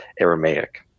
Aramaic